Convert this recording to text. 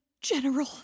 General